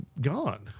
gone